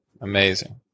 Amazing